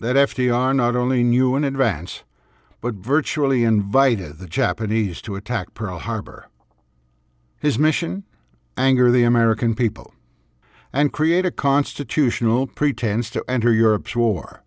that f d r not only knew in advance but virtually invited the japanese to attack pearl harbor his mission anger the american people and create a constitutional pretense to enter europe's war